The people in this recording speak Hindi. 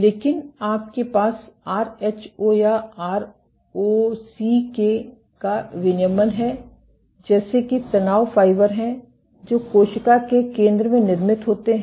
लेकिन आपके पास आरएचओ या आरओसीके का विनियमन है जैसे कि तनाव फाइबर हैं जो कोशिका के केंद्र में निर्मित होते हैं